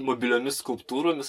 mobiliomis skulptūromis